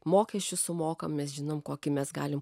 mokesčių sumokam mes žinom kokį mes galim